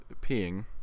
peeing